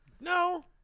No